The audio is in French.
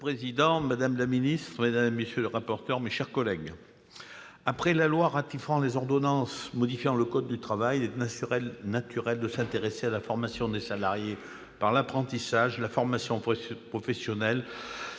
madame la ministre, mesdames, messieurs les rapporteurs, mes chers collègues, après la loi autorisant la ratification des ordonnances modifiant le code du travail, il est naturel de s'intéresser à la formation des salariés par l'apprentissage et la formation professionnelle,